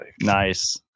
Nice